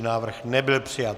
Návrh nebyl přijat.